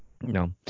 No